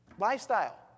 lifestyle